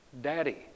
Daddy